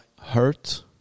hurt